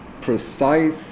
precise